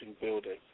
building